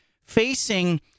facing